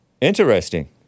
interesting